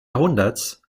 jahrhunderts